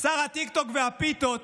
שר הטיקטוק והפיתות,